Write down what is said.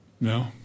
No